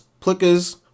Plickers